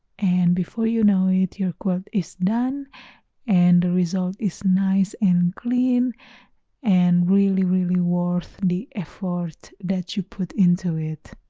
and before you know it your quilt is done and the result is nice and clean and really really worth the effort that you put into it.